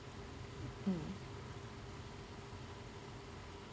mm